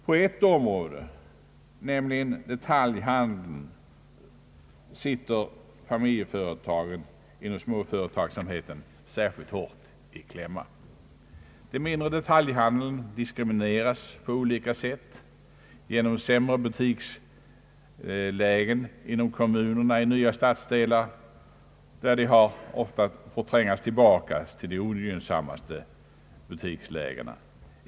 På ett område, nämligen detaljhandeln, sitter de små familjeförtagen särskilt hårt i kläm. Den mindre detaljhandeln diskrimineras på olika sätt, t.ex. genom sämre butikslägen inom kommunerna och inom nya stadsdelar, där den ofta trängs tillbaka till de ogynnsammaste butikslägena.